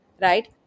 right